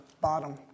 bottom